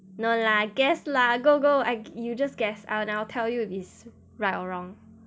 no lah guess lah go go I you just guess I'll I'll tell you if it's right or wrong